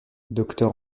docteur